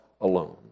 alone